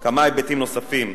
כמה היבטים נוספים.